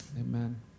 Amen